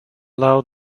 loud